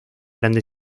grande